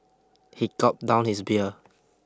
he gulped down his beer